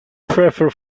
prefer